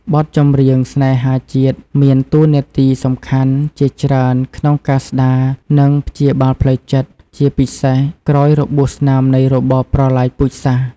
បទចម្រៀងស្នេហាជាតិមានតួនាទីសំខាន់ជាច្រើនក្នុងការស្ដារ និងព្យាបាលផ្លូវចិត្ត ជាពិសេសក្រោយរបួសស្នាមនៃរបបប្រល័យពូជសាសន៍។